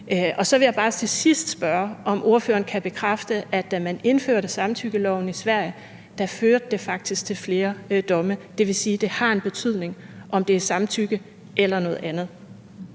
Så vil jeg bare til sidst spørge, om ordføreren kan bekræfte, at det, da man indførte samtykkeloven i Sverige, faktisk førte til flere domme. Det vil sige, at det har en betydning, om det er samtykke eller noget andet.